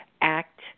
act